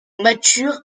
mature